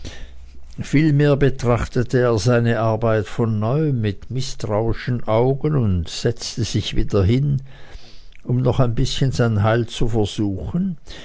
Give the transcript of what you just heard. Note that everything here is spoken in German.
vielmehr betrachtete er seine arbeit von neuem mit mißtrauischen augen und setzte sich wieder hin um noch ein bißchen sein heil zu versuchen